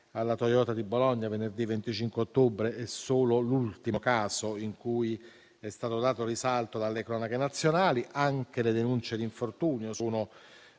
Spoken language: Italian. alla Toyota di Bologna, venerdì 25 ottobre, è solo l'ultimo caso cui è stato dato risalto dalle cronache nazionali. Anche le denunce di infortunio sono